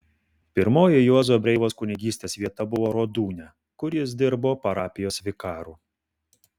pirmoji juozo breivos kunigystės vieta buvo rodūnia kur jis dirbo parapijos vikaru